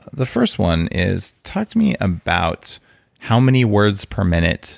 the first one is, talk to me about how many words per minute